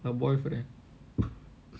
her boyfriend